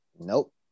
Nope